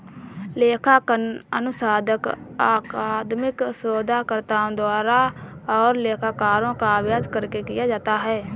लेखांकन अनुसंधान अकादमिक शोधकर्ताओं द्वारा और लेखाकारों का अभ्यास करके किया जाता है